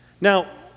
Now